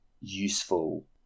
useful